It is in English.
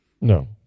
No